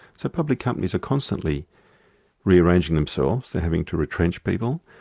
so public companies are constantly rearranging themselves, they're having to retrench people,